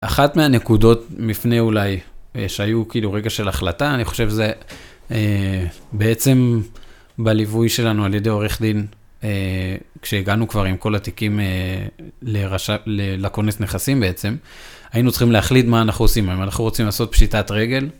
אחת מהנקודות מפנה אולי שהיו כאילו רגע של החלטה, אני חושב, זה בעצם בליווי שלנו על ידי עורך דין, כשהגענו כבר עם כל התיקים לכונס נכסים בעצם, היינו צריכים להחליט מה אנחנו עושים, האם אנחנו רוצים לעשות פשיטת רגל